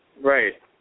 Right